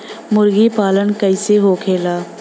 मुर्गी पालन कैसे होखेला?